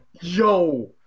yo